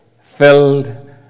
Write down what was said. filled